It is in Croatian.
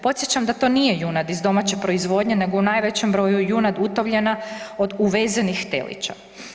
Podsjećam da to nije junad iz domaće proizvodnje nego u najvećem broju junad utovljena od uvezenih telića.